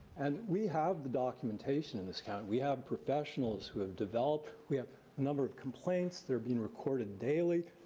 and we have the documentation in this county. we have professionals who have developed. we have a number of complaints that are being recorded daily,